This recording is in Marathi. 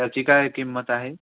त्याची काय किंमत आहे